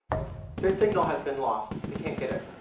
their signal has been lost. they can't get it.